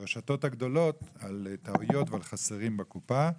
הרשתות הגדולות, על טעויות ועל חסרים בקופה.